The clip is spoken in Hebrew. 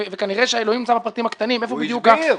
הוא הסביר.